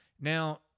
Now